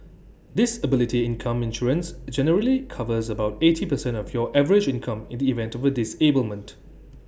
disability income insurance generally covers about eighty percent of your average income in the event of A disablement